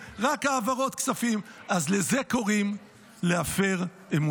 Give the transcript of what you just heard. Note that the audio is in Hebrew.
של חברי הכנסת פנינה תמנו שטה וגדי איזנקוט לא אושרה ותוסר מסדר-היום.